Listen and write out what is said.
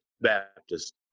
Baptist